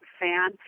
fan